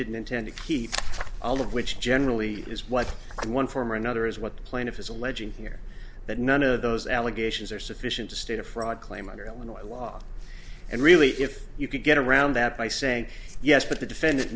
didn't intend to keep all of which generally is what one form or another is what the plaintiff is alleging here that none of those allegations are sufficient to state a fraud claim under illinois law and really if you could get around that by saying yes but the defendant